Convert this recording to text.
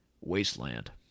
wasteland